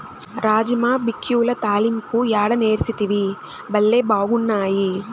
రాజ్మా బిక్యుల తాలింపు యాడ నేర్సితివి, బళ్లే బాగున్నాయి